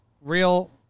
real